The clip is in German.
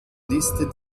liste